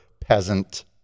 peasant